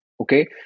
okay